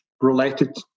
related